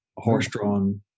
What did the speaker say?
horse-drawn